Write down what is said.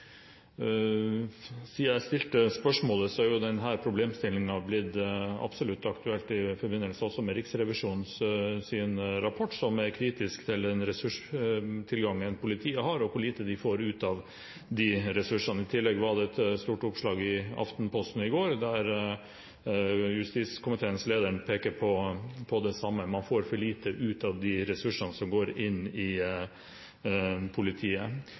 jeg stilte spørsmålet, har denne problemstillingen absolutt blitt aktuell også i forbindelse med Riksrevisjonens rapport, som er kritisk til den ressurstilgangen politiet har, og hvor lite man får ut av disse ressursene. I tillegg var det et stort oppslag i Aftenposten i går, der justiskomiteens leder pekte på det samme, at man får for lite ut av de ressursene som går til politiet. Dette er ikke en ny problemstilling for justissektoren og justisministeren. Man er i